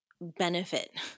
benefit